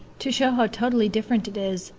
to show how totally different it is,